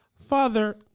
Father